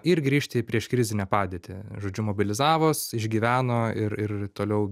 ir grįžti į prieškrizinę padėtį žodžiu mobilizavos išgyveno ir ir toliau